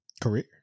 career